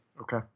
Okay